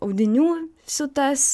audinių siūtas